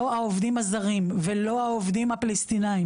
לא העובדים הזרים ולא העובדים הפלסטינאים